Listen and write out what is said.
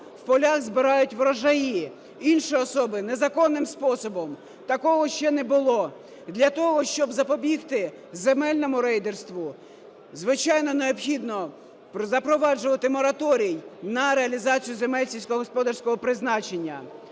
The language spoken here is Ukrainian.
в полях збирають врожаї інші особи незаконним способом, такого ще не було. Для того, щоб запобігти земельному рейдерству, звичайно, необхідно запроваджувати мораторій на реалізацію земель сільськогосподарського призначення.